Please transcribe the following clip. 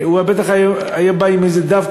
הוא בטח היה בא עם איזה דף,